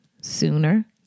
sooner